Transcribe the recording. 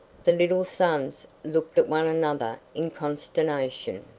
the little sons looked at one another in consternation,